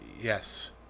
Yes